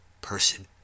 person